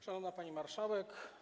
Szanowna Pani Marszałek!